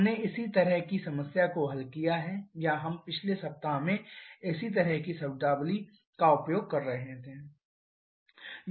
हमने इसी तरह की समस्या को हल किया है या हम पिछले सप्ताह में इसी तरह की शब्दावली का उपयोग करते हैं